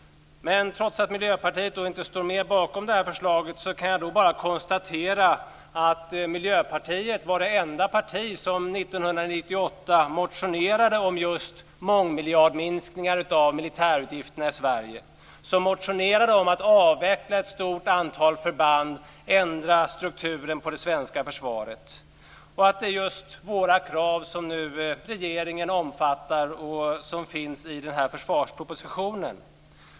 Trots att Miljöpartiet inte står bakom förslaget kan jag konstatera att Miljöpartiet var det enda parti som år 1998 motionerade om just mångmiljardminskningar av militärutgifterna i Sverige, att avveckla ett stort antal förband och ändra strukturen på den svenska försvaret. Det är just våra krav som regeringen nu omfattar och som finns i försvarspropositionen.